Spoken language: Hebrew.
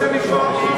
אתה רוצה מכוח חוק,